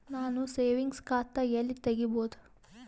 ನಾನು ಸೇವಿಂಗ್ಸ್ ಖಾತಾ ಎಲ್ಲಿ ತಗಿಬೋದು?